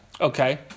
Okay